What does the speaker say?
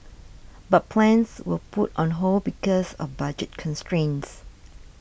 but plans were put on hold because of budget constraints